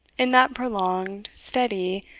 in that prolonged, steady,